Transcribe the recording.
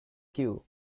queue